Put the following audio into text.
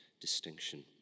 distinction